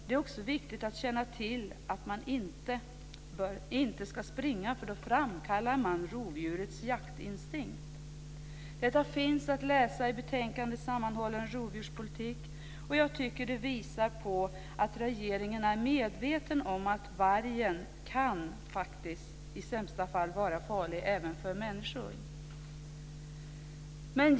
Det är också viktigt att känna till att man inte ska springa, för då framkallar man rovdjurets jaktinstinkt. Detta står att läsa i betänkandet Sammanhållen rovdjurspolitik, och jag tycker att det visar att regeringen är medveten om att vargen faktiskt i sämsta fall kan vara farlig även för människor.